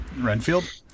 renfield